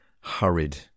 hurried